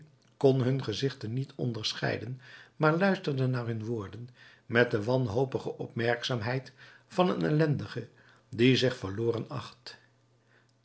kon hun gezichten niet onderscheiden maar luisterde naar hun woorden met de wanhopige opmerkzaamheid van een ellendige die zich verloren acht